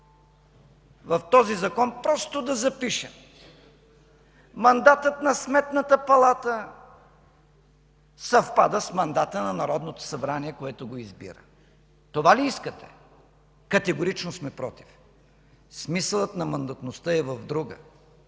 в този закон просто да запишем, че мандатът на Сметната палата съвпада с мандата на Народното събрание, което го избира? Това ли искате?! Категорично сме против. Смисълът на мандатността е друг